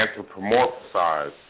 anthropomorphize